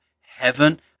heaven